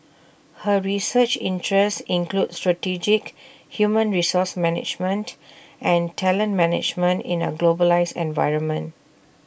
her research interests include strategic human resource management and talent management in A globalised environment